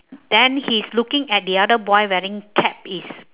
then he's looking at the other boy wearing cap is